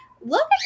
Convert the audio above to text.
look